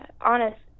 honest